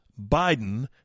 Biden